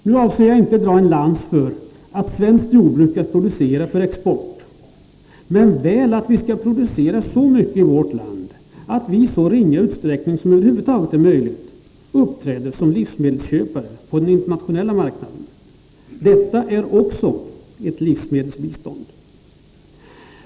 Nu avser jag inte dra en lans för att svenskt jordbruk skall producera för export, men väl att vi skall producera så mycket i vårt land att vi i så ringa utsträckning som över huvud taget är möjligt uppträder som livsmedelsköpare på den internationella marknaden. Detta är också ett livsmedelsbistånd.